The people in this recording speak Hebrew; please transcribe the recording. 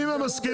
אם הם מסכימים,